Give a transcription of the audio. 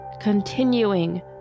continuing